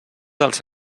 dels